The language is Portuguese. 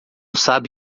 sabe